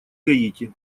гаити